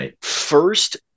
first